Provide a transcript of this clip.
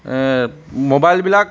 মোবাইলবিলাক